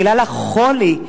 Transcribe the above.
בגלל החולי,